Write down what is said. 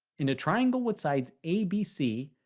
in a triangle with sides abc,